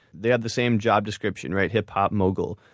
they had the same job description, right? hip-hop mogul.